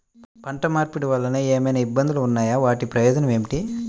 పంట మార్పిడి వలన ఏమయినా ఇబ్బందులు ఉన్నాయా వాటి ప్రయోజనం ఏంటి?